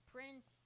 Prince